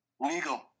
Legal